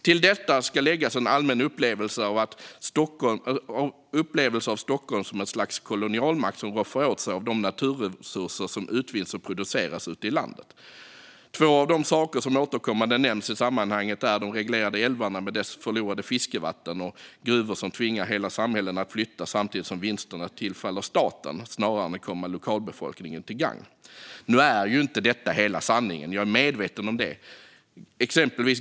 Till detta ska läggas en allmän upplevelse av Stockholm som ett slags kolonialmakt som roffar åt sig av de naturresurser som utvinns och produceras ute i landet. Två av de saker som återkommande nämns i sammanhanget är de reglerade älvarna med sina förlorade fiskevatten samt gruvor som tvingar hela samhällen att flytta samtidigt som vinsterna tillfaller staten snarare än att komma lokalbefolkningen till gagn. Nu är inte detta hela sanningen; jag är medveten om det.